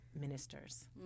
ministers